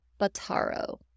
Bataro